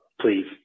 please